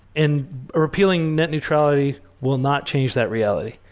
and repealing net neutrality will not change that reality.